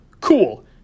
Cool